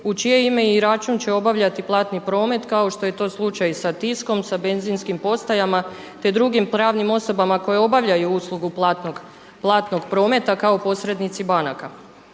u čije ime i račun će obavljati platni promet kao što je to slučaj i sa Tiskom, sa benzinskim postajama te drugim pravnim osobama koje obavljaju uslugu platnog prometa kao posrednici banaka.